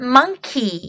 Monkey